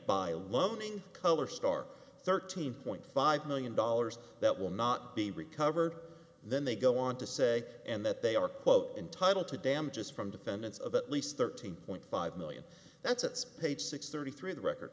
by loaning color star thirteen point five million dollars that will not be recovered then they go on to say and that they are quote entitled to damages from defendants of at least thirteen point five million that's page six thirty three of the record